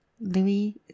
Louis